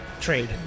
trade